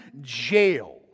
jail